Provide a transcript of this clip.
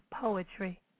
poetry